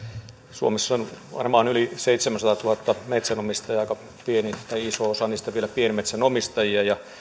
suomessa on varmaan yli seitsemänsataatuhatta metsänomistajaa ja aika iso osa heistä vielä pienmetsänomistajia